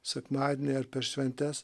sekmadienį ar per šventes